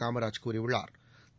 காமராஜ் கூறியுள்ளாா்